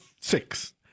Six